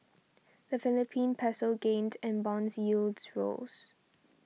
the Philippine Peso gained and bonds yields rose